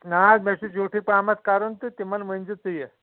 نہ حظ مے چُھ زِیوٹھٕے پہمتھ کَرُن تہٕ تِمن ؤنۍ زِ ژٕ یہِ